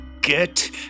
Get